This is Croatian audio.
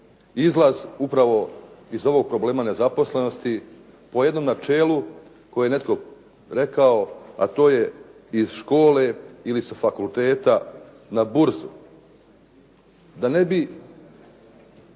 izlaz upravo iz ovog problema nezaposlenosti po jednom načelu koji je netko rekao, a to je iz škole ili sa fakulteta na burzu. Da ne bi